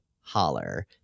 Holler